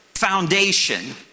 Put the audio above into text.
foundation